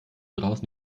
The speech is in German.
draußen